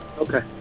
Okay